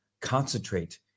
concentrate